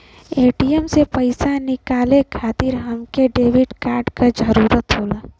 ATM से पइसा निकाले खातिर हमके डेबिट कार्ड क जरूरत होला